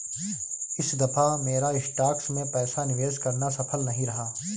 इस दफा मेरा स्टॉक्स में पैसा निवेश करना सफल नहीं रहा